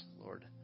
Lord